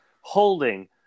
holding